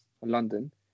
London